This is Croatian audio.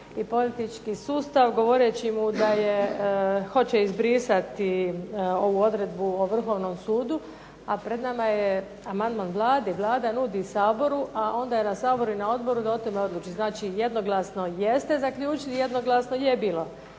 i politički sustav govoreći mu da je, hoće izbrisati ovu odredbu o Vrhovnom sudu. A pred nama je amandman Vlade, Vlada nudi Saboru, a onda je na Saboru i na odboru da o tome odluči. Znači jednoglasno jeste zaključili, jednoglasno je bilo.